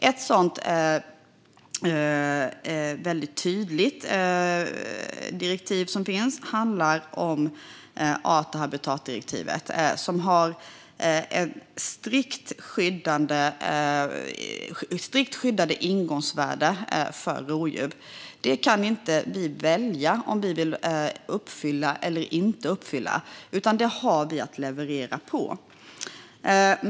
Ett sådant väldigt tydligt direktiv som finns är art och habitatdirektivet som har ett strikt skyddande ingångsvärde för rovdjur. Det kan inte vi välja om vi vill uppfylla eller inte uppfylla, utan vi måste leverera enligt detta.